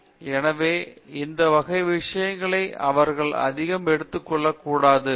விஸ்வநாதன் எனவே இந்த வகை விஷயங்களை அவர்கள் அதிகம் எடுத்துக்கொள்ளக்கூடாது